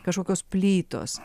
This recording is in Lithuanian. kažkokios plytos